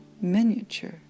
miniature